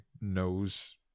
knows